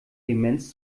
demenz